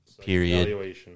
period